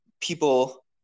people